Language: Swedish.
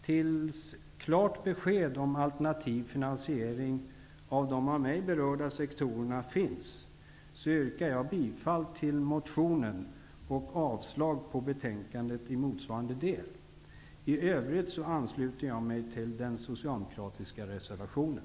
Tills klart besked har getts om alternativ finansiering i de av mig beröda sektorerna, ansluter jag mig till den socialdemokratiska reservationen.